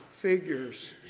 figures